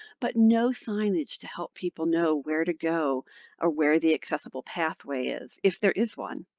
but no signage to help people know where to go or where the accessible pathway is, if there is one.